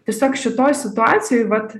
tiesiog šitoj situacijoj vat